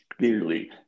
Clearly